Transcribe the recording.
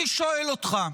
אני שואל אותך: